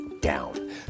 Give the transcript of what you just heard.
down